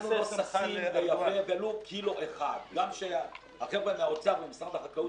אנחנו --- קילו 1. גם שהחבר'ה מהאוצר וממשרד החקלאות